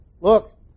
Look